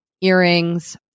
earrings